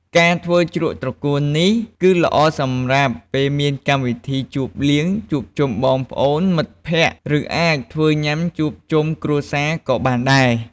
ការធ្វើជ្រក់ត្រកួននេះ គឺល្អសម្រាប់ពេលមានកម្មវិធីជប់លៀងជួបជុំបងប្អូន មិត្តភក្តិ ឬអាចធ្វើញ៉ាំជួបជុំគ្រួសារក៏បានដែរ។